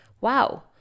Wow